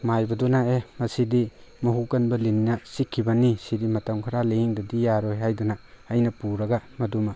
ꯃꯥꯏꯕꯗꯨꯅ ꯑꯦ ꯃꯁꯤꯗꯤ ꯃꯍꯨ ꯀꯟꯕ ꯂꯤꯟꯅ ꯆꯤꯛꯈꯤꯕꯅꯤ ꯁꯤꯗꯤ ꯃꯇꯝ ꯈꯔ ꯂꯥꯏꯌꯦꯡꯗꯗꯤ ꯌꯥꯔꯣꯏ ꯍꯥꯏꯗꯅ ꯑꯩꯅ ꯄꯨꯔꯒ ꯃꯗꯨꯃ